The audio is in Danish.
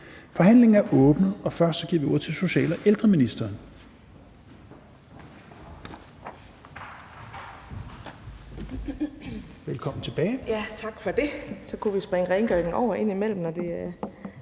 Forhandlingen er åbnet. Først giver vi ordet til social- og ældreministeren.